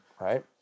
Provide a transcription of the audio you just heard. right